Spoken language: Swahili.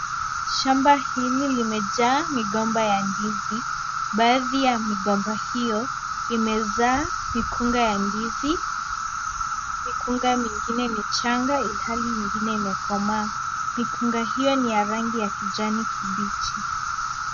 Shamba hili limejaa migomba ya ndizi. Baadhi ya migomba hiyo imezaa mikunga ya ndizi mikunga mingine ni changa ilhali nyingine imekomaa. Mikunga hiyo ni ya rangi ya kijani kibichi.